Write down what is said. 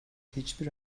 hiçbir